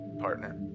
partner